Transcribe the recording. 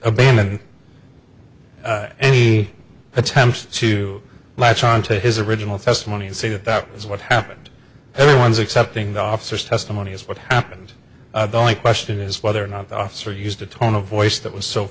abandoning any attempts to latch onto his original testimony and say that that is what happened everyone is accepting the officers testimony is what happened only question is whether or not the officer used a tone of voice that was so